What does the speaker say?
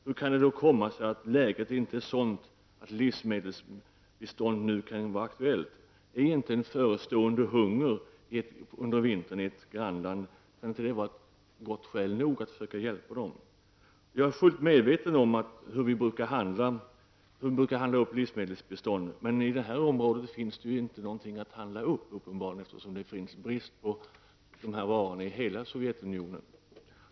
Hur kan det då komma sig att läget inte är sådant att livsmedelsbistånd inte kan vara aktuellt? Är inte en förestående hunger under en vinter i ett grannland ett gott skäl nog för att försöka hjälpa dem? Jag är fullt medveten om hur vi brukar handla upp livsmedelsbistånd, men i det här området finns det uppenbarligen ingenting att handla upp, eftersom det är brist på varor i hela Sovjetunionen.